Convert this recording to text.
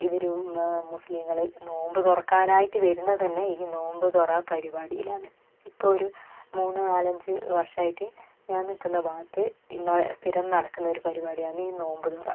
ഇവരും മുസ്ലിങ്ങൾ നോമ്പുതുറക്കാനായിട്ട് വരുന്നത് തന്നെ ഈ നോമ്പുതൊറ പരിപാടിയിലാണ് ഇപ്പം ഒരു മൂന്ന് നാല് അഞ്ച് വർഷമായിട്ട് ഞാൻ നിൽക്കുന്ന ഭാഗത്ത് സ്ഥിരം നടക്കുന്ന ഒരു പരിപാടിയാണ് ഈ നോമ്പുതുറ